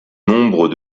nombre